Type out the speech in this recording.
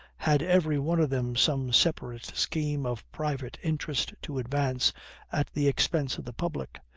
had every one of them some separate scheme of private interest to advance at the expense of the public,